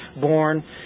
born